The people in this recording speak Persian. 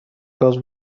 گاز